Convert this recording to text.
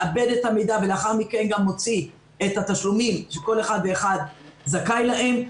מעבד את המידע ולאחר מכן גם מוציא את התשלומים שכל אחד ואחד זכאי להם.